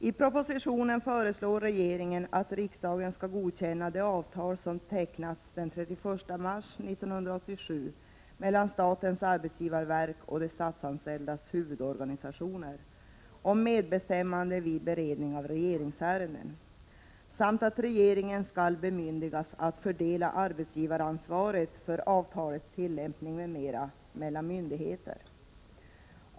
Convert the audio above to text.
I propositionen föreslår regeringen att riksdagen skall godkänna det avtal som tecknats den 31 mars 1987 mellan statens arbetsgivarverk och de statsanställdas huvudorganisationer om medbestämmande vid beredning av regeringsärenden samt att regeringen skall bemyndigas att fördela arbetsgivaransvaret för avtalets tillämpning m.m. mellan myndigheter.